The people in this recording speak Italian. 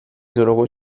sono